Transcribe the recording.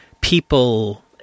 people